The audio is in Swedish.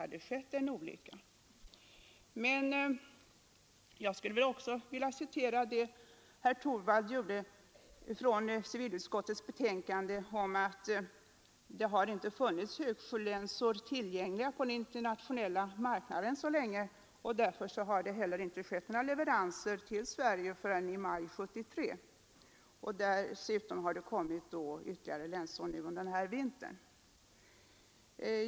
Jag skulle vilja hänvisa till det uttalande i civilutskottets betänkande som också herr Torwald återgav, nämligen att det inte särskilt länge har funnits högsjölänsor tillgängliga på den internationella marknaden och att det därför inte heller skett några leveranser till Sverige förrän i maj 1973. Dessutom har det kommit in ytterligare länsor under denna vinter.